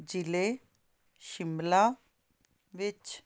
ਜ਼ਿਲ੍ਹੇ ਸ਼ਿਮਲਾ ਵਿੱਚ